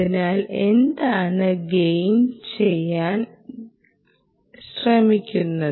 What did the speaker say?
അതിനാൽ എന്താണ് ഗെയിൻ ചെയ്യാൻ ശ്രമിക്കുന്നത്